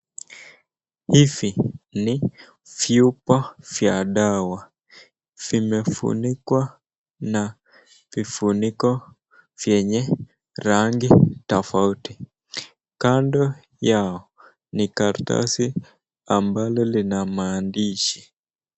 Hivi ni vyupa vya dawa. Vimefunikwa na vifuniko vyenye rangi tofauti. Kando yao, ni karatasi ambalo lina maandishi.